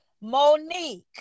Monique